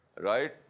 right